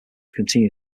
continue